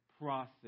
process